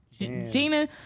Gina